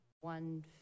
one